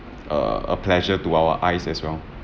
a a pleasure to our eyes as well